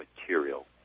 material